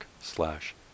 slash